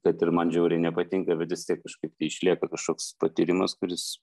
kad ir man žiauriai nepatinka bet vis tiek kažkaip tai išlieka kažkoks patyrimas kuris